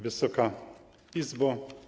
Wysoka Izbo!